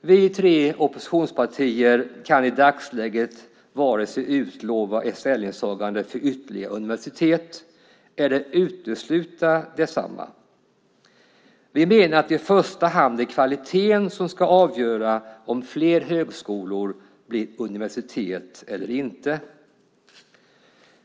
Vi tre oppositionspartier kan i dagsläget inte vare sig utlova ett ställningstagande för ytterligare universitet eller utesluta detsamma. Vi menar att det i första hand är kvaliteten som ska avgöra om fler högskolor blir universitet eller inte.